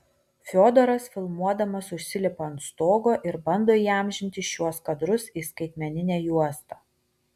fiodoras filmuodamas užsilipa ant stogo ir bando įamžinti šiuos kadrus į skaitmeninę juostą